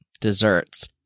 desserts